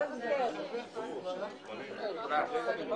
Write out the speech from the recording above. סדר היום